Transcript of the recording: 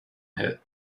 hit